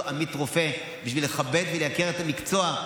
"עמית רופא" כדי לכבד ולייקר את המקצוע,